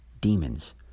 demons